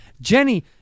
Jenny